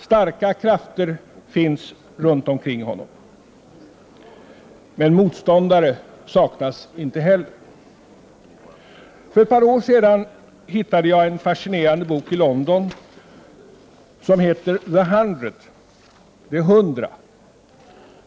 Starka krafter finns runt omkring honom. Men motståndare saknas inte heller. För ett par år sedan fann jag en fascinerande bok i London som heter The Hundred, dvs. de hundra.